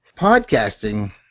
Podcasting